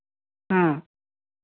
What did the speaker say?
हाँ